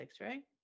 right